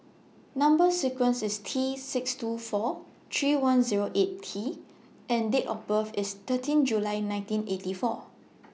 Number sequence IS T six two four three one Zero eight T and Date of birth IS thirteen July nineteen eighty four